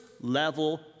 level